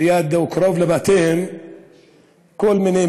ליד או קרוב לבתיהם כל מיני,